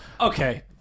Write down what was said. Okay